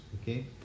okay